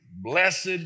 Blessed